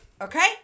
Okay